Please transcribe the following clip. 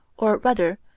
or rather,